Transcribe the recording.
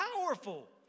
powerful